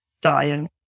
dying